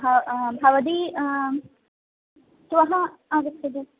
भवती श्वः आगच्छतु